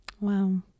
Wow